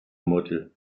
model